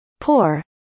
poor